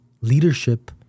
leadership